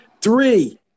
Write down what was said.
Three